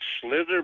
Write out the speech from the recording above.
slither